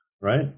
right